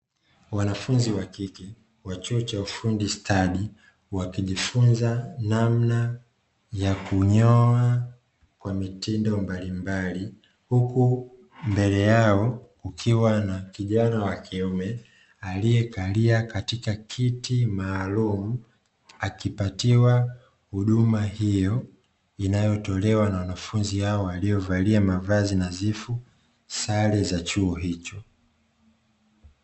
Wanafunzi wa kike wa chuo cha ufundi stadi, wakijifunza namna ya kunyoa kwa mitindo mbalimbali, huku mbele yao kukiwa na kijana wa kiume aliyekalia katika kiti maalumu; akipatiwa huduma hiyo inayotolewa na wanafunzi hao waliovalia mavazi nadhifu; sare za chuo hicho.